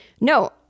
No